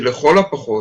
שלכל הפחות,